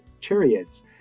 chariots